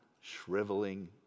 shriveling